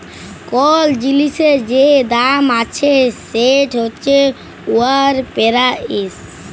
call জিলিসের যে দাম আছে সেট হছে উয়ার পেরাইস